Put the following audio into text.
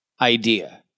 idea